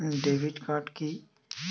Debit card কি?